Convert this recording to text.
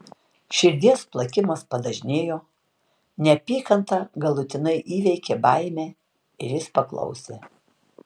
širdies plakimas padažnėjo neapykanta galutinai įveikė baimę ir jis paklausė